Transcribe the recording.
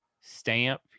stamp